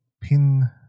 pin